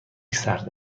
سرد